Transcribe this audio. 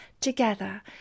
together